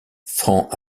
francs